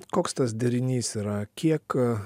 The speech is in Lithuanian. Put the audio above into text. koks tas derinys yra kiek